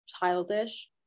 childish